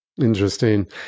Interesting